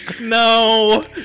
No